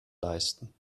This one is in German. leisten